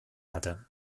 hatte